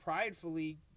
pridefully